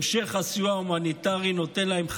המשך הסיוע ההומניטרי נותן להם חמצן,